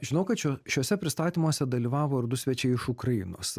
žinau kad šio šiuose pristatymuose dalyvavo ir du svečiai iš ukrainos